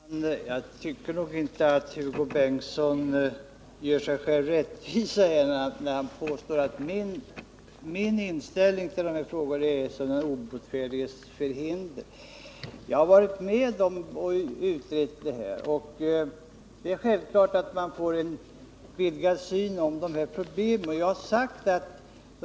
Herr talman! Jag tycker inte att Hugo Bengtsson gör sig själv rättvisa när han påstår att min inställning till de här sakerna är att beteckna som den obotfärdiges förhinder. Jag har varit med och utrett det här, och det är självklart att man då får en vidgad insikt i de här problemen.